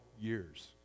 years